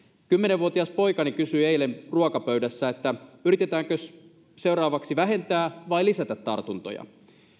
kymmenenvuotias poikani kysyi eilen ruokapöydässä että yritetäänkös seuraavaksi vähentää vai lisätä tartuntoja